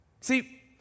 See